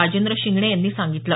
राजेंद्र शिंगणे यांनी सांगितलं